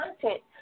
content